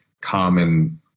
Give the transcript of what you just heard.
common